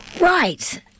Right